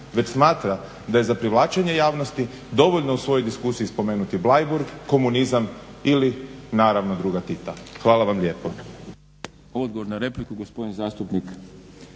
već smatra da je za privlačenje javnosti dovoljno u svojoj diskusiji spomenuti Bleiburg, komunizam ili naravno druga Tita. Hvala vam lijepo.